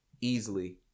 easily